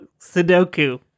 Sudoku